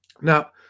Now